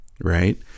right